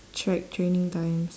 track training times